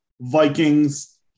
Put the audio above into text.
Vikings